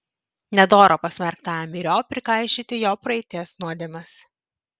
nedora pasmerktajam myriop prikaišioti jo praeities nuodėmes